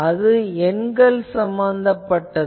இது எண்கள் சம்மந்தப்பட்டது